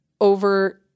over